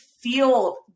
feel